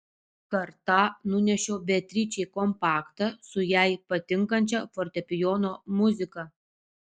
kartą nunešiau beatričei kompaktą su jai patinkančia fortepijono muzika